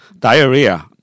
Diarrhea